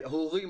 הורים,